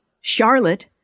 Charlotte